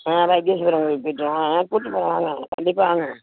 ஆ வைத்தீஸ்வரன் கோயிலுக்குப் போய்விட்டு வருவோம் ஆ கூட்டிப் போகிறேன் வாங்க கண்டிப்பாக வாங்க